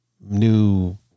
new